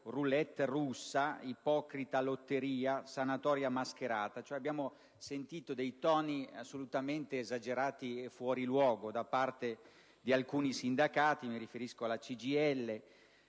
«*roulette* russa», «ipocrita lotteria», «sanatoria mascherata». Abbiamo sentito toni assolutamente esagerati e fuori luogo da parte di alcuni sindacati - mi riferisco alla CGIL